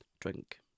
drink